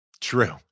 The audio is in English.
True